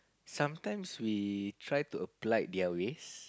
sometimes we try to applied their ways